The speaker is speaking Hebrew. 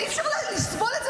אי-אפשר לסבול את זה.